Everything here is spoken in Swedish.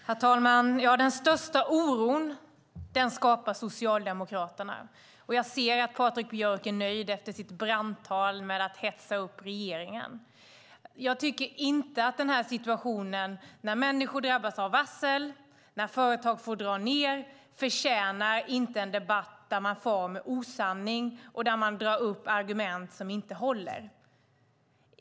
Herr talman! Den största oron skapar Socialdemokraterna. Jag ser att Patrik Björck är nöjd efter sitt brandtal med att hetsa upp regeringen. Jag tycker inte att situationen att människor drabbas av varsel och företag får dra ned förtjänar en debatt där man far med osanning och där man drar upp argument som inte håller.